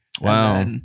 wow